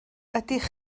ydych